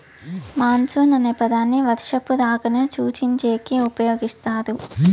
monsoon అనే పదాన్ని వర్షపు రాకను సూచించేకి ఉపయోగిస్తారు